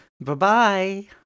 Bye-bye